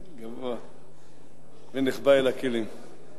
"גבה מכל העם" ו"נחבא אל הכלים".